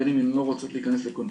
בין אם הן לא רוצות להיכנס לקונפליקט